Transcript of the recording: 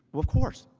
of course,